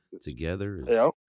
together